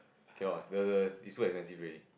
cannot the the it's too expensive already